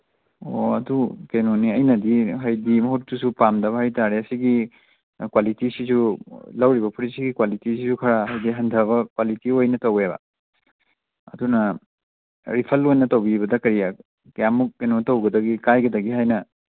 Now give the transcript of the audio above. ꯑꯣ ꯑꯗꯨ ꯀꯩꯅꯣꯅꯤ ꯑꯩꯅꯗꯤ ꯍꯥꯏꯗꯤ ꯃꯍꯨꯠꯇꯨꯁꯨ ꯄꯥꯝꯗꯕ ꯍꯥꯏ ꯇꯥꯔꯦ ꯁꯤꯒꯤ ꯀ꯭ꯋꯥꯂꯤꯇꯤꯁꯤꯁꯨ ꯂꯧꯔꯤꯕ ꯐꯨꯔꯤꯠꯁꯤꯒꯤ ꯀ꯭ꯋꯥꯂꯤꯇꯤꯁꯨ ꯈꯔ ꯍꯥꯏꯗꯤ ꯍꯟꯗꯕ ꯀ꯭ꯋꯥꯂꯤꯇꯤ ꯑꯣꯏꯅ ꯇꯧꯋꯦꯕ ꯑꯗꯨꯅ ꯔꯤꯐꯟ ꯑꯣꯏꯅ ꯇꯧꯕꯤꯕꯗ ꯀꯔꯤ ꯀꯌꯥꯃꯨꯛ ꯀꯩꯅꯣ ꯇꯧꯒꯗꯒꯦ ꯀꯥꯏꯒꯗꯒꯦ ꯍꯥꯏꯅ